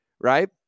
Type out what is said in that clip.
Right